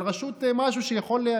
על ראשות משהו שיכול,